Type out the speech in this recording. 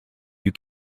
you